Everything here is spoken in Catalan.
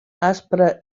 aspra